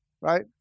Right